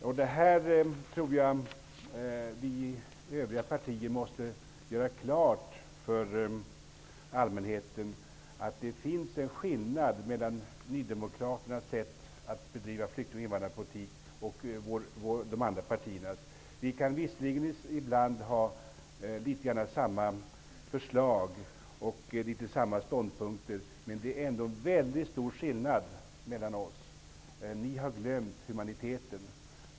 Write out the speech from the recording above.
Jag tror att vi från övriga partier måste göra klart för allmänheten att det finns en skillnad mellan Nydemokraternas sätt att bedriva flykting och invandrarpolitik och de andra partiernas politik. Vi kan visserligen ibland ha litet grand samma förslag och ståndpunkter, men det är ändå väldigt stor skillnad mellan oss. Ni har glömt humaniteten.